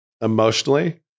emotionally